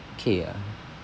okay ah